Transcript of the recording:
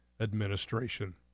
administration